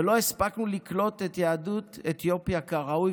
ולא הספקנו לקלוט את יהדות אתיופיה כראוי,